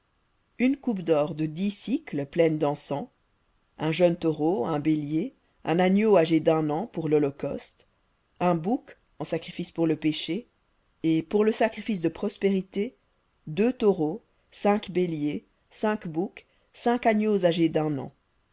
une coupe d'or de dix pleine dencens un jeune taureau un bélier un agneau âgé d'un an pour lholocauste un bouc en sacrifice pour le péché et pour le sacrifice de prospérités deux taureaux cinq béliers cinq boucs cinq agneaux âgés d'un an